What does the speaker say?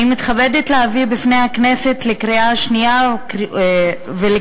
אני מתכבדת להביא בפני הכנסת לקריאה שנייה ולקריאה